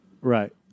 Right